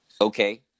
Okay